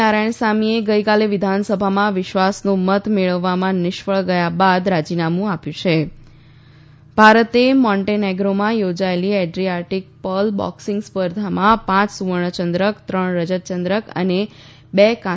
નારાયણસામીએ ગઈકાલે વિધાનસભામાં વિશ્વાસનો મત મેળવવામાં નિષ્ફળ ગયા બાદ રાજીનામું આપ્યું છે ભારતે મોન્ટેનેગ્રોમાં યોજાયેલી એડ્રીઆટીક પર્લ બોકસીંગ સ્પર્ધામાં પાંચ સુવર્ણચંદ્રક ત્રણ રજત ચંદ્રક અને બે કાંસ્યચંદ્રકો જીતી લીધા છે